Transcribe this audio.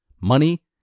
money